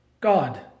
God